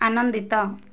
ଆନନ୍ଦିତ